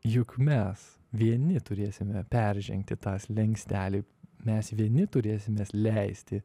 juk mes vieni turėsime peržengti tą slenkstelį mes vieni turėsimės leisti